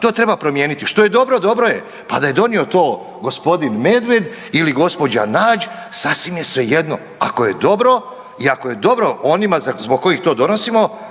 to treba promijeniti. Što je dobro, dobro je pa da je donio to gospodin Medved ili gospođa Nađ sasvim je svejedno, ako je dobro i ako je dobro onima zbog kojih to donosimo